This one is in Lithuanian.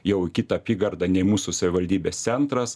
jau į kitą apygardą nei mūsų savivaldybės centras